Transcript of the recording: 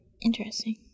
Interesting